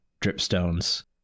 dripstones